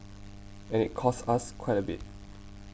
and it costs us quite a bit